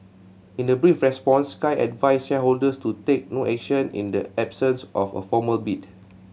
in a brief response Sky advised shareholders to take no action in the absence of a formal bid